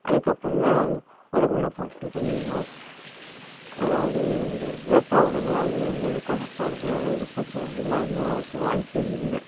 அதுக்கப்புறம் தான் வந்து உரங்கள போட்டு கொஞ்சம் கொஞ்சமாக அதாவது அந்த வேப்பிலை உரங்கள்லாம் வந்து கொஞ்சம் கசப்பாக இருக்கறனால இந்த பூச்சி பூண்டுகள் எல்லாம் அதிகமாக வர்றதுக்கு வாய்ப்பே இல்லை